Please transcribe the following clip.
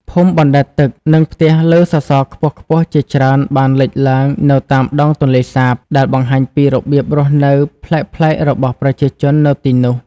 ភូមិបណ្តែតទឹក និងផ្ទះលើសសរខ្ពស់ៗជាច្រើនបានលេចឡើងនៅតាមដងទន្លេសាប ដែលបង្ហាញពីរបៀបរស់នៅប្លែកៗរបស់ប្រជាជននៅទីនោះ។